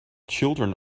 children